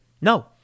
No